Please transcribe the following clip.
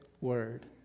word